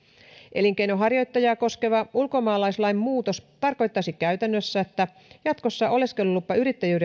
elinkeinonharjoittajaa koskeva ulkomaalaislain muutos tarkoittaisi käytännössä että jatkossa oleskelulupa yrittäjyyden perusteella